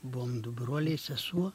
buvom du broliai sesuo